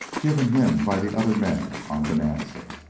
given him by the other men on bonanza.